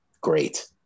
great